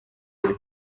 buri